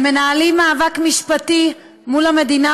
הם מנהלים מאבק משפטי מול המדינה,